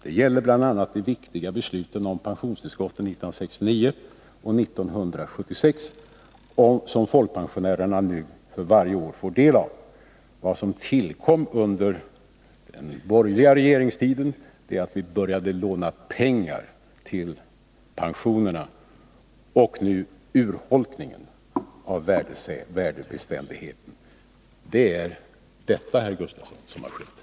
Det gäller bl.a. de viktiga besluten om pensionstillskott åren 1969 och 1976, som folkpensionärerna nu för varje år får del av. Vad som tillkommit under den borgerliga regeringstiden är att vi börjat låna pengar till pensionerna och nu urholkningen av värdebeständigheten. Det är detta, herr Gustavsson, som har skett.